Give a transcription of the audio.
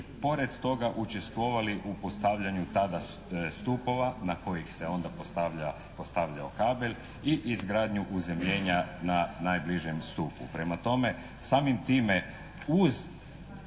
pored toga učestvovali u postavljanju tada stupova na kojih se onda postavljao kabel i izgradnju uzemljenja na najbližem stupu.